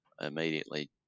immediately